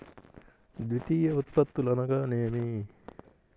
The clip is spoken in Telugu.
ద్వితీయ ఉత్పత్తులు అనగా నేమి?